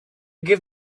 give